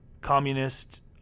communist